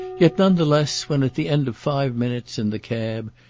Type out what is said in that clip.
yet, none the less, when, at the end of five minutes, in the cab,